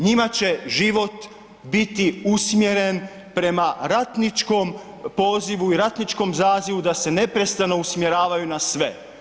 Njima će život biti usmjeren prema ratničkom pozivu i ratničkom zazivu da se neprestano usmjeravaju na sve.